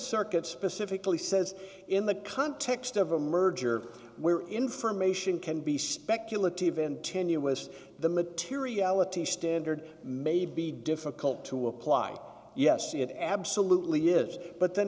circuit specifically says in the context of a merger where information can be speculative and tenuous the materiality standard may be difficult to apply yes it absolutely is but then